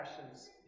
passions